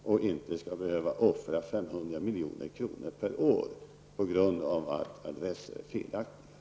Postverket skall inte behöva offra 500 milj.kr. per år på grund av att adresser är felaktiga.